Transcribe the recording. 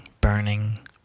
burning